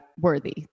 worthy